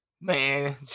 Man